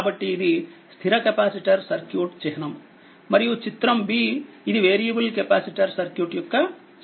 కాబట్టి ఇది స్థిర కెపాసిటర్ సర్క్యూట్ చిహ్నం మరియు చిత్రం b ఇది వేరియబుల్కెపాసిటర్ సర్క్యూట్ యొక్క చిహ్నం